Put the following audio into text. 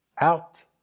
out